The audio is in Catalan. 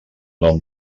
nom